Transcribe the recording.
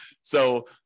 So-